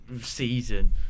season